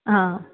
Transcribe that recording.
हा